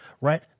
right